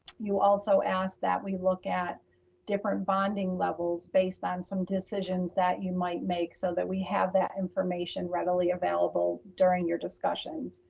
you also asked that we look at different bonding levels based on some decisions that you might make so that we have that information readily available during your discussions.